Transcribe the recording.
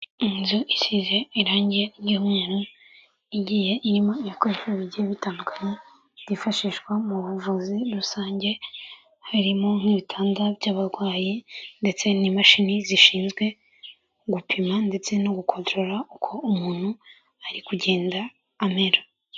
Inzu isize irangi ry'imweru igiye irimo ibikoresho bigiye bitandukanye byifashishwa mu buvuzi rusange harimo nk'ibitanda by'abarwayi ndetse n'imashini zishinzwe gupima ndetse no gupima uko umuntu ari kugenda amera.